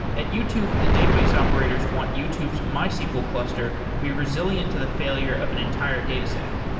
at youtube, the database operators want youtube mysql cluster to be resilient to the failure of an entire data center.